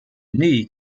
nie